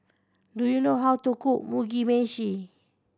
do you know how to cook Mugi Meshi